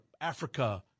Africa